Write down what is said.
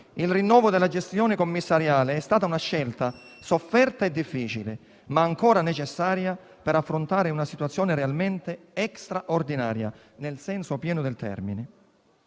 il rinnovo della gestione commissariale è stata una scelta sofferta e difficile, ma ancora necessaria per affrontare una situazione realmente extra-ordinaria, nel senso pieno del termine.